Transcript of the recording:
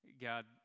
God